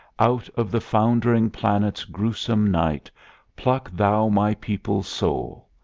out of the foundering planet's gruesome night pluck thou my people's soul.